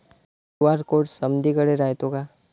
QR code समदीकडे रायतो का?